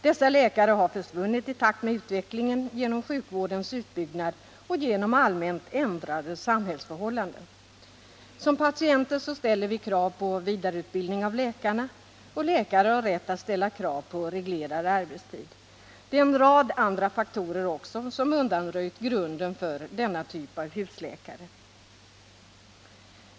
Dessa läkare har försvunnit i takt med utvecklingen, genom sjukvårdens utbyggnad och genom allmänt ändrade samhällsförhållanden. Som patienter ställer vi krav på vidareutbildning av läkarna, och läkare har rätt att ställa krav på reglerad arbetstid. Det är en rad andra faktorer också som undanröjt grunden för denna typ av husläkare.